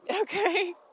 Okay